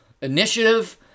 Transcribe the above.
initiative